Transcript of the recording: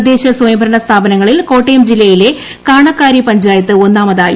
തദ്ദേശ സ്വയംഭരണ സ്ഥാപനങ്ങളിൽ കോട്ടയം ജില്ലയിലെ കാണക്കാരി പഞ്ചായത്ത് ഒന്നാമതായി